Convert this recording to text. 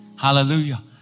Hallelujah